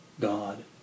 God